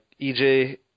EJ